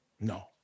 No